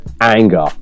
anger